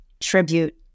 tribute